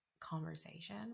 conversation